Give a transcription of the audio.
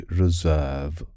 reserve